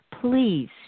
Please